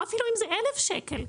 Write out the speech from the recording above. או אפילו אם זה 1,000 שקל.